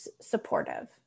supportive